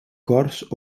cors